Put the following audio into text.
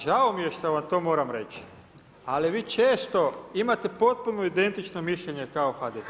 Žao mi je što vam to moram reći, ali vi često imate potpuno identično mišljenje kao HDZ.